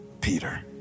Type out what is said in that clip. Peter